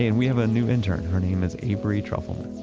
and we have a new intern. her name is avery trufelman.